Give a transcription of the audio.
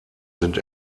sind